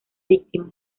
víctima